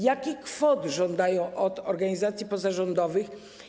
Jakich kwot żądają od organizacji pozarządowych?